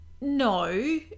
No